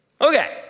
Okay